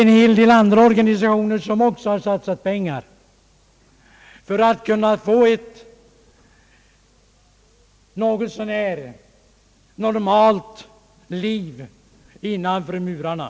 En hel del andra organisationer har också satsat pengar för att kunna åstadkomma ett något så när normalt liv för de intagna innanför murarna.